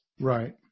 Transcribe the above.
Right